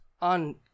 on